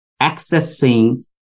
accessing